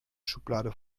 schublade